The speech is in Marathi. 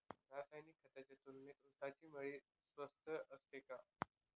रासायनिक खतांच्या तुलनेत ऊसाची मळी स्वस्त असते का?